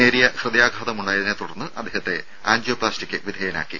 നേരിയ ഹൃദയാഘാതമുണ്ടായതിനെത്തുടർന്ന് അദ്ദേഹത്തെ ആൻജിയോപ്ലാസ്റ്റിക്ക് വിധേയനാക്കി